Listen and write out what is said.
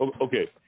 okay